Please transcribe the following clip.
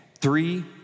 Three